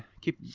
keep